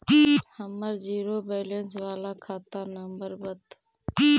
हमर zero balance बाला खाता नम्बर बत?